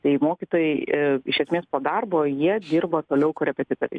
jei mokytojai iš esmės po darbo jie dirba toliau korepetitoriais